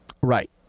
Right